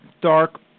dark